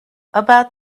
about